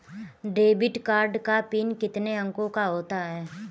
Debit card का PIN कितने अंकों का होता है?